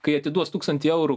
kai atiduos tūkstantį eurų